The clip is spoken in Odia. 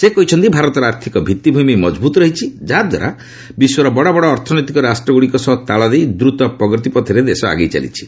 ସେ କହିଛନ୍ତି ଭାରତର ଆର୍ଥିକ ଭିଭିଭିମି ମଙ୍ଗବୃତ ରହିଛି ଯାହାଦ୍ୱାରା ବିଶ୍ୱର ବଡ଼ବଡ଼ ଅର୍ଥନୈତିକ ରାଷ୍ଟ୍ରଗୁଡ଼ିକ ସହ ତାଳ ଦେଇ ଦ୍ରତ ପ୍ରଗତିପଥରେ ଆଗେଇ ଚାଲିଛି